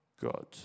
God